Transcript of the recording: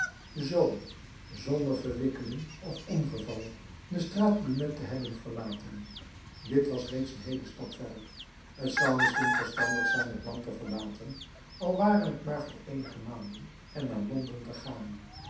zoo zonder verwikkeling of ongeval de straat plumet te hebben verlaten dit was reeds een heelen stap verder t zou misschien verstandig zijn het land te verlaten al ware het maar voor eenige maanden en naar londen te gaan